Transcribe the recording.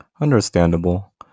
understandable